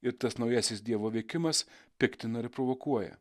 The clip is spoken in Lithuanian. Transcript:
ir tas naujasis dievo veikimas piktina ir provokuoja